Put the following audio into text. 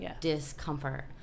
discomfort